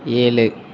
ஏழு